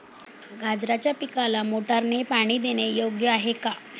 गाजराच्या पिकाला मोटारने पाणी देणे योग्य आहे का?